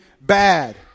bad